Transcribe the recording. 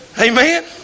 Amen